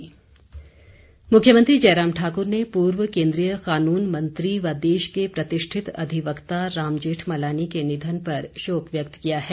शोक मुख्यमंत्री जयराम ठाकुर ने पूर्व केन्द्रीय कानून मंत्री व देश के प्रतिष्ठित अधिवक्ता राम जेठमलानी के निधन पर शोक व्यक्त किया है